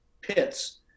pits